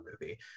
movie